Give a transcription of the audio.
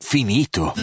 Finito